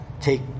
take